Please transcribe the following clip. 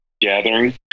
Gathering